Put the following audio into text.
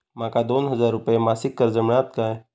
माका दोन हजार रुपये मासिक कर्ज मिळात काय?